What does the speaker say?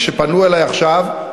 כשפנו אלי עכשיו,